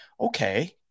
okay